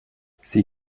sie